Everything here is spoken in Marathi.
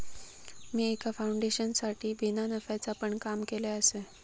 मी एका फाउंडेशनसाठी बिना नफ्याचा पण काम केलय आसय